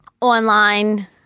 online